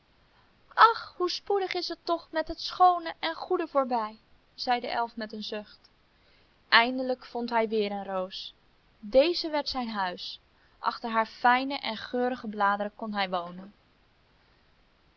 ach hoe spoedig is het toch met het schoone en goede voorbij zei de elf met een zucht eindelijk vond hij weer een roos deze werd zijn huis achter haar fijne en geurige bladeren kon hij wonen